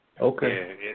Okay